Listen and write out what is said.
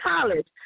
college